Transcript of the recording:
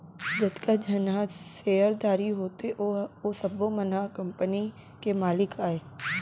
जतका झन ह सेयरधारी होथे ओ सब्बो मन ह कंपनी के मालिक अय